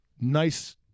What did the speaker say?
nice